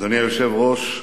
אדוני היושב-ראש,